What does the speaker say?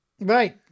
Right